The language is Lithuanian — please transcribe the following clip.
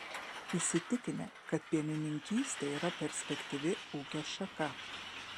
įsitikinę kad pienininkystė yra perspektyvi ūkio šaka